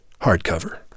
Hardcover